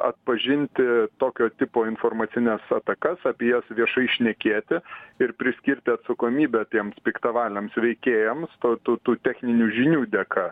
atpažinti tokio tipo informacines atakas apie juos viešai šnekėti ir priskirti atsakomybę tiems piktavaliams veikėjams ta tų techninių žinių dėka